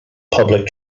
public